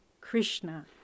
Krishna